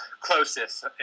closest